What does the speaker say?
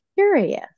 curious